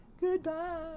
Goodbye